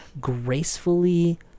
gracefully